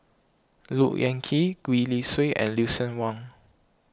Look Yan Kit Gwee Li Sui and Lucien Wang